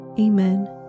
Amen